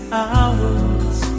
hours